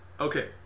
Okay